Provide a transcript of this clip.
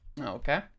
Okay